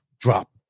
drop